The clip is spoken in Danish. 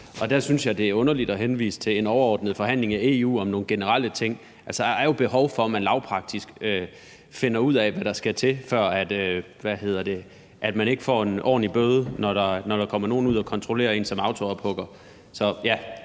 Der synes jeg, det er underligt at henvise til en overordnet forhandling i EU om nogle generelle ting. Altså, der er jo behov for, at man lavpraktisk finder ud af, hvad der skal til, så man ikke som autoophugger får en ordentlig bøde, når der kommer nogen ud og kontrollere en. Er der ikke behov